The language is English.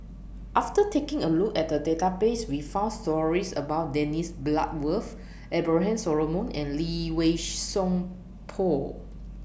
after taking A Look At The Database We found stories about Dennis Bloodworth Abraham Solomon and Lee Wei Song Paul